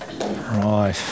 Right